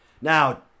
Now